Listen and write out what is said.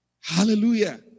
Hallelujah